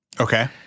Okay